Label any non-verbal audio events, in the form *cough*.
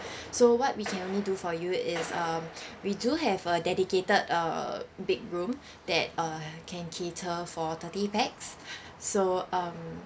*breath* so what we can only do for you is uh we do have a dedicated err big room that uh can cater for thirty pax *breath* so um